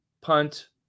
punt